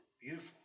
beautiful